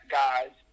guys